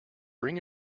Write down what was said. bring